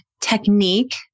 technique